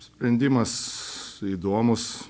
sprendimas įdomus